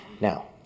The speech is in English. Now